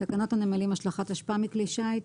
"תקנות הנמלים השלכת אשפה מכלי שיט"